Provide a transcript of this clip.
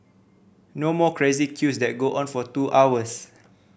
no more crazy queues that go on for two hours